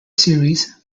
series